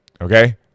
okay